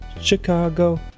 Chicago